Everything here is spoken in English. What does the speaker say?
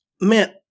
man